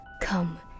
Come